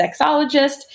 sexologist